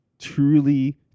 truly